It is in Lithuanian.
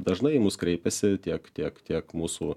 dažnai į mus kreipiasi tiek tiek tiek mūsų